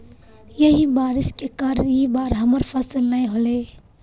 यही बारिश के कारण इ बार हमर फसल नय होले?